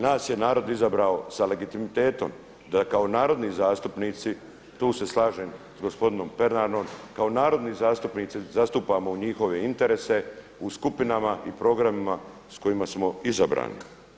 Nas je narod izabrao sa legitimitetom da kao narodni zastupnici, tu se slažem s gospodinom Pernarom, kao narodni zastupnici zastupamo njihove interese u skupinama i programima s kojima smo izabrani.